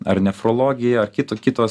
ar nefrologija ar kito kitos